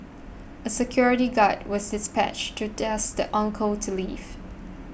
a security guard was dispatched to ask the uncle to leave